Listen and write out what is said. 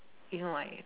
you know why